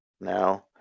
now